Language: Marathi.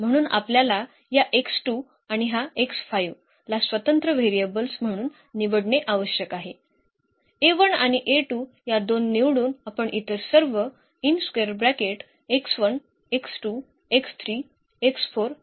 म्हणून आपल्याला या आणि हा ला स्वतंत्र व्हेरिएबल्स म्हणून निवडणे आवश्यक आहे आणि या दोन निवडून आपण इतर सर्व मोजू शकतो